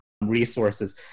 resources